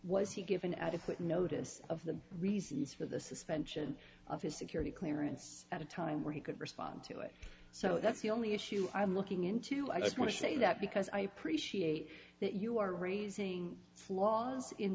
was he given adequate notice of the reasons for the suspension of his security clearance at a time where he could respond to it so that's the only issue i'm looking into i just want to say that because i appreciate that you are raising flaws in